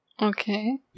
Okay